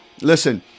Listen